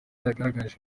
yagaragaje